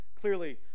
clearly